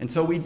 and so we